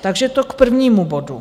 Takže to k prvnímu bodu.